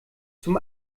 zum